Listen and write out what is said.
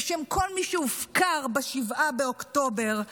בשם כל מי שהופקר ב-7 באוקטובר,